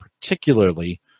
particularly